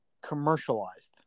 commercialized